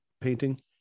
painting